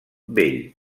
bell